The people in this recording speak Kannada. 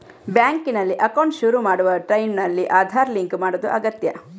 ಬ್ಯಾಂಕಿನಲ್ಲಿ ಅಕೌಂಟ್ ಶುರು ಮಾಡುವ ಟೈಂನಲ್ಲಿ ಆಧಾರ್ ಲಿಂಕ್ ಮಾಡುದು ಅಗತ್ಯ